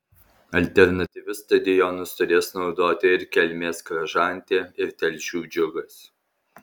alternatyvius stadionus turės naudoti ir kelmės kražantė ir telšių džiugas